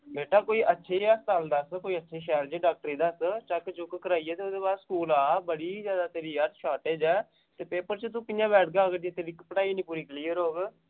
बेटा कोई अच्छे जेह् हस्पताल दस्स शैल जेह् डाक्टरे गी चैक्क चुक्क कराइयै ते ओह्दे बाद स्कूल आ बड़ी जैदा यार तेरी शार्टेज़ ऐ पेपर च तूं कि'यां बैठगा जे अगर तेरी पढ़ाई निं पूरी कलेयर होग